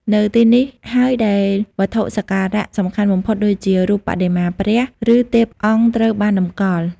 នៅទីនេះហើយដែលវត្ថុសក្ការៈសំខាន់បំផុតដូចជារូបបដិមាព្រះ ឬទេពអង្គត្រូវបានតម្កល់។